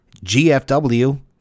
GFW